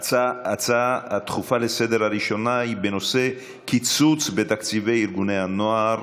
ההצעה הדחופה הראשונה לסדר-היום היא בנושא: קיצוץ בתקציבי ארגוני הנוער